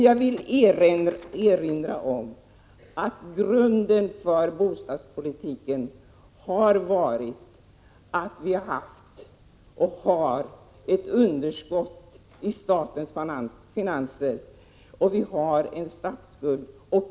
Jag vill dock erinra om att bakgrunden för bostadspolitiken har varit att vi har haft och har ett underskott i statens finanser och att vi har en statsskuld.